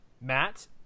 Matt